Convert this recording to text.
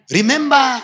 Remember